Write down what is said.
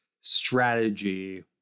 strategy